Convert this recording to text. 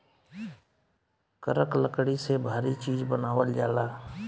करक लकड़ी से भारी चीज़ बनावल जाला